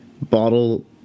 Bottle